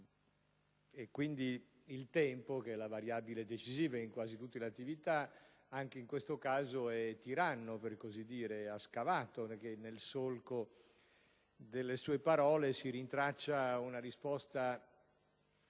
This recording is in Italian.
tardiva. Il tempo, che è la variabile decisiva in quasi tutte le attività, anche in questo caso è tiranno: ha scavato, perché nel solco delle sue parole si rintraccia una risposta